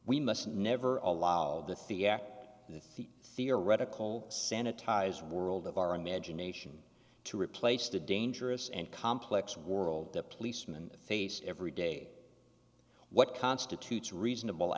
we must never allow the theory at the feet theoretical sanitized world of our imagination to replace the dangerous and complex world that policemen face every day what constitutes reasonable